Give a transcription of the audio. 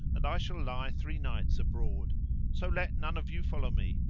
and i shall lie three nights abroad so let none of you follow me,